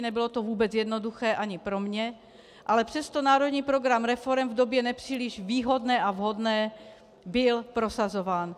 Nebylo to vůbec jednoduché ani pro mě, ale přesto národní program reforem v době nepříliš výhodné a vhodné byl prosazován.